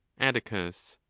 atticus.